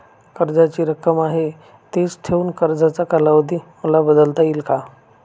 कर्जाची रक्कम आहे तिच ठेवून कर्जाचा कालावधी मला बदलता येईल का?